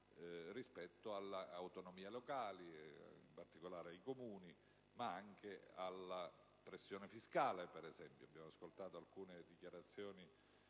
rispetto alle autonomie locali, in particolare ai Comuni, ma anche rispetto alla pressione fiscale. Abbiamo ascoltato alcune dichiarazioni